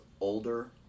older